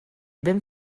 ben